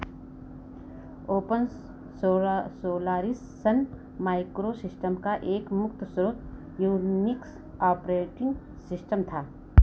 open सोरा Solaris Sun microsystem का एक मुक्त स्रोत यूनिक्स ऑपरेटिंग सिस्टम था